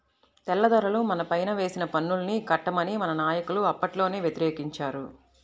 తెల్లదొరలు మనపైన వేసిన పన్నుల్ని కట్టమని మన నాయకులు అప్పట్లోనే వ్యతిరేకించారు